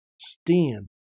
stand